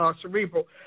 cerebral